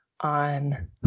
on